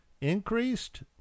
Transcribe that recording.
increased